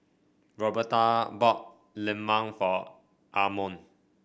Roberta bought lemang for Armond